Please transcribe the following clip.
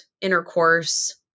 intercourse